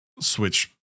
switch